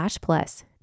plus